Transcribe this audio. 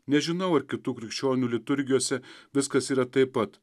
nežinau ar kitų krikščionių liturgijose viskas yra taip pat